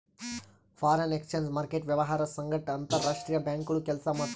foreign exchange market ವ್ಯವಹಾರ್ ಸಂಗಟ್ ಅಂತರ್ ರಾಷ್ತ್ರೀಯ ಬ್ಯಾಂಕ್ಗೋಳು ಕೆಲ್ಸ ಮಾಡ್ತಾವ್